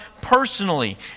personally